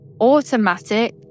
automatic